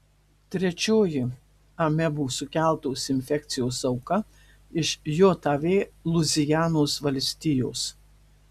trečioji amebų sukeltos infekcijos auka iš jav luizianos valstijos